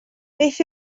beth